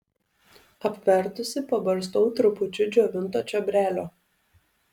apvertusi pabarstau trupučiu džiovinto čiobrelio